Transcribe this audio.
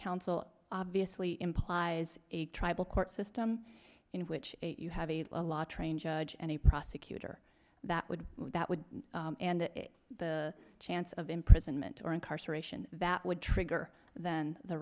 counsel obviously implies a tribal court system in which you have a lot train judge and a prosecutor that would that would and the chance of imprisonment or incarceration that would trigger then the